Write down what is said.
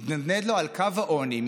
מתנדנד לו על קו העוני.